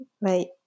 right